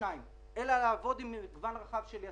שניים אלא לעבוד עם מגוון רחב של יצרנים.